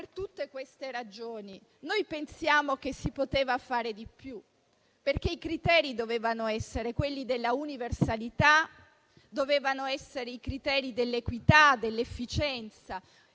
Per tutte queste ragioni noi pensiamo che si poteva fare di più, perché i criteri dovevano essere quelli della universalità, dell'equità e dell'efficienza,